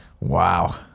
Wow